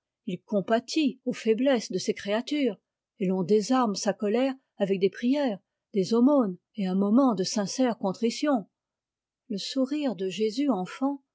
il comptait aux faiblesses de ses créatures et l'on désarme sa colère avec des prières des aumônes et une sincère contrition le sourire de jésus enfant